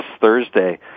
Thursday